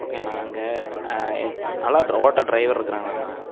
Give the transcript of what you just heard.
ஓகேண்ணா அங்கே நல்லா ஓட்டுற ட்ரைவர் இருக்கிறாங்களாண்ணா